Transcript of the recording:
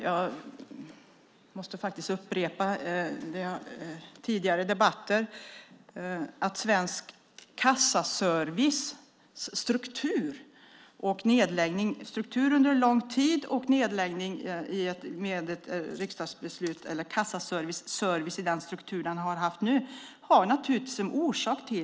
Jag måste faktiskt upprepa det jag har sagt i tidigare debatter: Svensk kassaservices service i den struktur den har haft nu och dess nedläggning efter ett riksdagsbeslut har naturligtvis en grund i att efterfrågan har förändrats över tid.